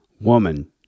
woman